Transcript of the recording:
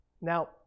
Now